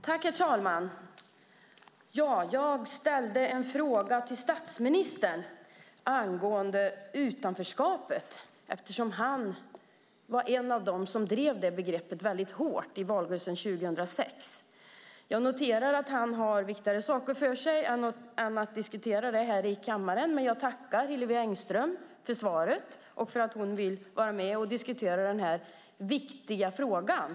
Herr talman! Jag ställde en fråga till statsministern angående utanförskapet eftersom han var en av dem som drev det begreppet väldigt hårt i valrörelsen 2006. Jag noterar att han har viktigare saker för sig än att diskutera det här i kammaren. Jag tackar Hillevi Engström för svaret och för att hon vill vara med och diskutera den här viktiga frågan.